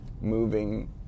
moving